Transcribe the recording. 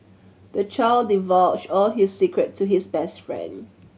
the child divulged all his secret to his best friend